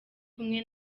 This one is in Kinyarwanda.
kumwe